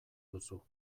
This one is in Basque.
duzu